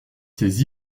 ses